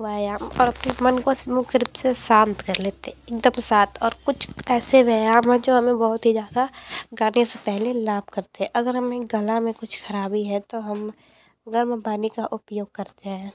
व्यायाम करके मन को मुख्य रूप से शांत कर लेते एकदम शांत और कुछ ऐसे व्यायाम हैं जो हमें बहुत ही ज़्यादा गाने से पहले लाभ करते अगर हम एक गला में कुछ खराबी है तो हम गर्म पानी का उपयोग करते हैं